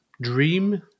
Dream